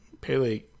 Pele